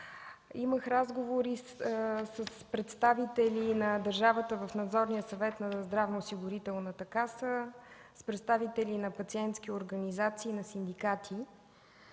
Имах разговори с представители на държавата в Надзорния съвет на Националната здравноосигурителна каса, с представители на пациентски организации и на синдикати.